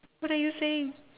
what are you saying